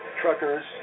Truckers